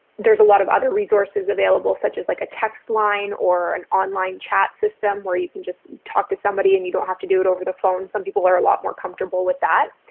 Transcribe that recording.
there's a lot of other resources available such as like a text line or an online chat system where you can just talk to somebody and you don't have to do it over the phone. some people are a lot more comfortable with that.